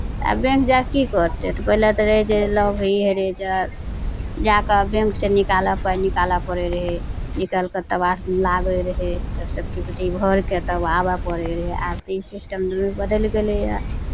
आब बैंक जाय कऽ की करतै पहिले तऽ रहै जे लोक ई होइ रहै जे जा कऽ बैंकसँ निकालय पाइ निकालय पड़ै रहै निकालि कऽ तब आठ दिन लागैत रहै तऽ घरके तब आबय पड़ै रहै आब तऽ ई सिस्टम बदलि गेलैए